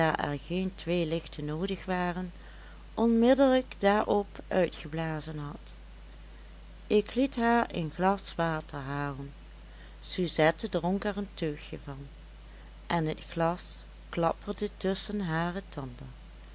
geen twee lichten noodig waren onmiddellijk daarop uitgeblazen had ik liet haar een glas water halen suzette dronk er een teugje van en het glas klapperde tusschen hare tanden